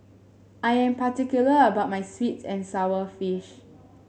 I am particular about my sweet and sour fish